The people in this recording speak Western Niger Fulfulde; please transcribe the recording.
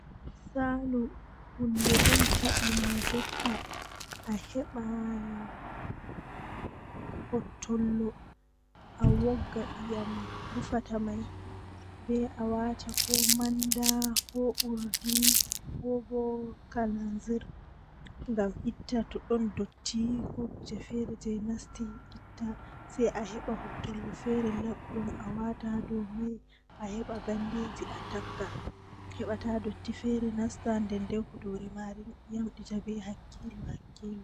Kala nde weeti fuu mido yara ndiya liita tati kala nde weeti fuu midon yara lita tati so haa asaweere midon yara tati tati nde jweedidi to hawri pat wartan midon yara sappo e jwee sappo e didi sappo e jweetati.